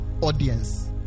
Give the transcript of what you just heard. audience